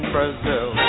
Brazil